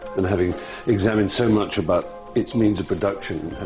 and having examined so much about its means of production,